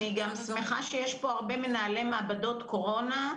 אני גם שמחה שיש פה הרבה מנהלי מעבדות קורונה,